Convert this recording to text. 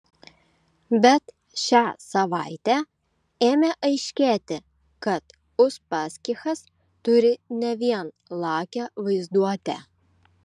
bet šią savaitę ėmė aiškėti kad uspaskichas turi ne vien lakią vaizduotę